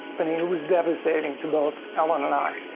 but it was devastating to both ellen and i.